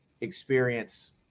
experience